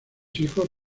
hijos